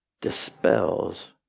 dispels